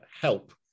help